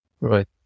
Right